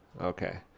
okay